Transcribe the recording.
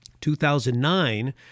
2009